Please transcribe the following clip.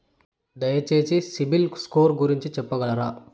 దయచేసి సిబిల్ స్కోర్ గురించి చెప్పగలరా?